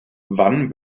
wann